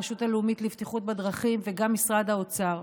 הרשות הלאומית לבטיחות בדרכים וגם משרד האוצר,